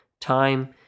time